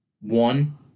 one